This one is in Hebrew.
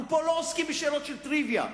אנחנו לא עוסקים פה בשאלות של טריוויה,